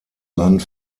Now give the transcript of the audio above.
land